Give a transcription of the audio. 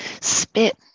spit